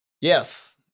Yes